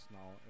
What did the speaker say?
now